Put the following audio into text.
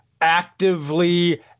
actively